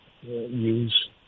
use